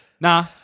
nah